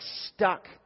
stuck